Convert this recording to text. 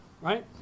right